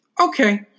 Okay